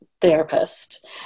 therapist